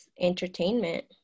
entertainment